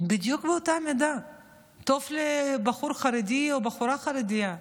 בדיוק טוב לבחור חרדי או לבחורה חרדית.